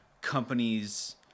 companies